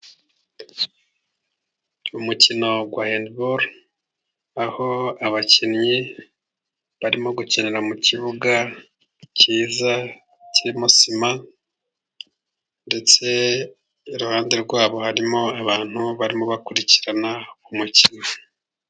Umukino wa hendibolo aho abakinnyi barimo gukinira mu kibuga cyiza kirimo sima, ndetse iruhande rwabo harimo abantu barimo bakurikirana mukino.